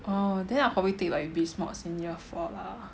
oh then I will probably take like Biz mods in year four lah